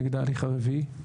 נגד ההליך הרביעי.